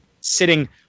sitting